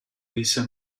lisa